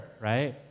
right